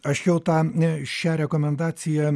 aš jau tą ne šią rekomendaciją